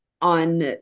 On